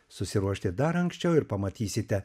susiruošti dar anksčiau ir pamatysite